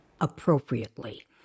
appropriately